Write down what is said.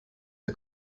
der